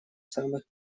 самых